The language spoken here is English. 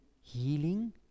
healing